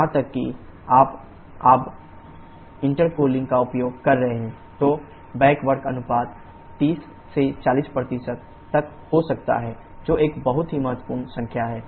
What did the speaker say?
यहां तक कि जब आप इंटेरकूलिंग का उपयोग कर रहे हैं तो बॅक वर्क अनुपात 30 से 40 तक हो सकता है जो एक बहुत ही महत्वपूर्ण संख्या है